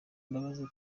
imbabazi